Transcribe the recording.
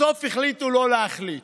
בסוף החליטו לא להחליט,